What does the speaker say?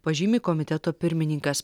pažymi komiteto pirmininkas